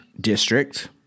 district